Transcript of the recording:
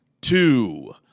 two